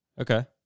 Okay